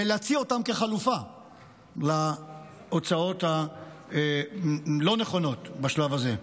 ולהציע אותן כחלופה להוצאות הלא-נכונות בשלב הזה.